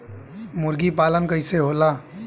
मुर्गी पालन कैसे होला?